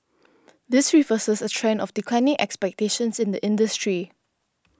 this reverses a trend of declining expectations in the industry